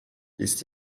ist